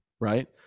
Right